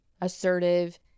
assertive